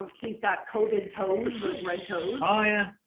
um he's got covid toes, those red toes. oh yeah.